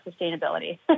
sustainability